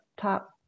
top